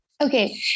Okay